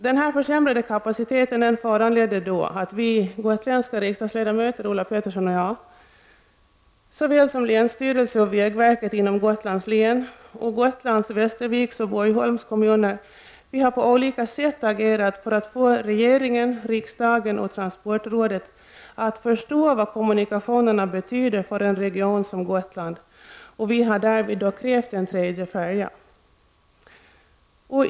Denna försämrade kapacitet har föranlett att vi gotländska riksdagsledamöter, Ulla Pettersson och jag, såväl som länsstyrelse och vägverket inom Gotlands län, Gotlands, Västerviks och Borgholms kommuner, på olika sätt har agerat för att få régeringen, riksdagen och transportrådet att förstå vad kommunikationerna betyder för en region som Gotland. Vi har därvid krävt en tredje färja.